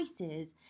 choices